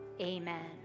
Amen